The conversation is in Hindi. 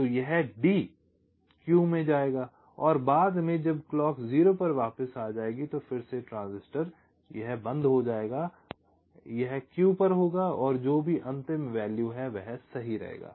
तो यह D Q में जाएगा और बाद में जब क्लॉक 0 पर वापस जाएगी फिर से यह ट्रांजिस्टर बंद हो जाएगा यह Q पर होगा और जो भी अंतिम मूल्य है वह सही रहेगा